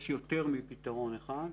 יש יותר מפתרון אחד,